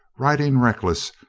riding reckless,